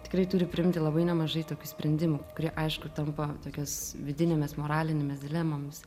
tikrai turi priimti labai nemažai tokių sprendimų kurie aišku tampa tokios vidinėmis moralinėmis dilemomis